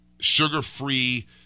Sugar-free